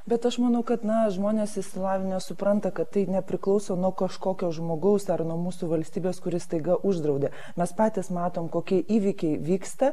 bet aš manau kad na žmonės išsilavinę supranta kad tai nepriklauso nuo kažkokio žmogaus ar nuo mūsų valstybės kuri staiga uždraudė mes patys matom kokie įvykiai vyksta